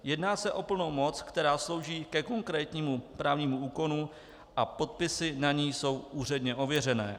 Jedná se o plnou moc, která slouží ke konkrétnímu právnímu úkonu a podpisy na ní jsou úředně ověřené.